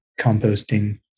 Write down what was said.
composting